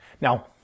Now